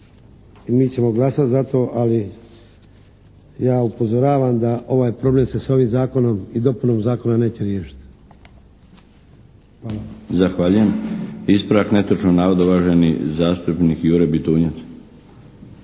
mi ćemo glasati za to, ali ja upozoravam da ovaj problem se s ovim Zakonom i dopunom Zakona neće riješiti. Hvala. **Milinović, Darko (HDZ)** Zahvaljujem. Ispravak netočnog navoda uvaženi zastupnik Jure Bitunjac.